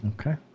Okay